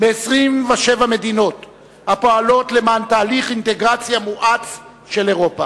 מ-27 מדינות הפועלות למען תהליך אינטגרציה מואץ של אירופה.